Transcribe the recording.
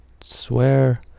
swear